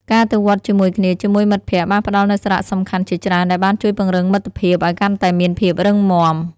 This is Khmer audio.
ការទៅវត្តជាមួយគ្នាជាមួយមិត្តភក្តិបានផ្តល់នូវសារៈសំខាន់ជាច្រើនដែលបានជួយពង្រឹងមិត្តភាពឲ្យកាន់តែមានភាពរឹងមាំ។